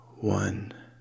One